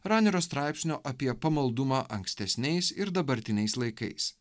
ranerio straipsnio apie pamaldumą ankstesniais ir dabartiniais laikais